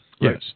Yes